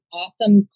awesome